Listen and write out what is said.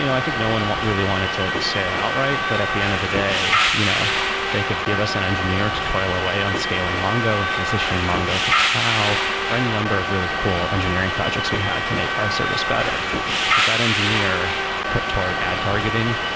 you know i think no one really wanted to say it outright. but at the end of the day, you know they could give us an engineer to toil away on scaling mongo and transitioning mongo to tao or any number of really cool engineering projects we had to make our service better but that engineer put toward ad targeting,